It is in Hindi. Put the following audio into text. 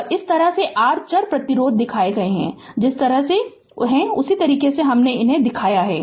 और इस तरह से r चर प्रतिरोध दिखाया है जिस तरह से उसी तरह दिखाया गया है